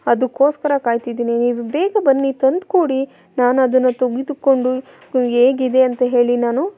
ಅದಕ್ಕೋಸ್ಕರ ಕಾಯ್ತಿದ್ದೀನಿ ನೀವು ಬೇಗ ಬನ್ನಿ ತಂದ್ಕೊಡಿ ನಾನು ಅದನ್ನು ತೆಗೆದುಕೊಂಡು ಹೇಗಿದೆ ಅಂತ ಹೇಳಿ ನಾನು